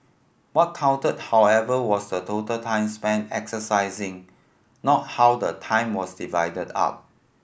what counted however was the total time spent exercising not how the time was divided up